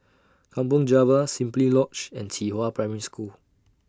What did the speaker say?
Kampong Java Simply Lodge and Qihua Primary School